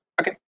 Okay